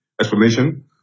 explanation